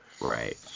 Right